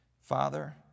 Father